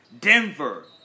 Denver